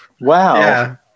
Wow